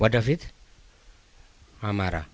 what does it matter